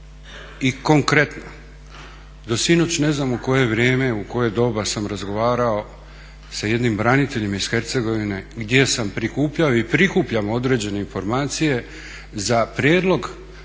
i konkretna. Sinoć, ne znam u koje vrijeme, u koje doba sam razgovarao sa jednim braniteljem iz Hercegovine gdje sam prikupljao i prikupljam određene informacije za prijedlog